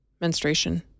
menstruation